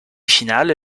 finale